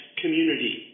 community